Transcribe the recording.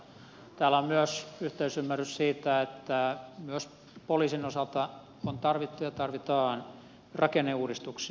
täällä on myös yhteisymmärrys siitä että myös poliisin osalta on tarvittu ja tarvitaan rakenneuudistuksia